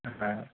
অ'